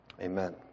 Amen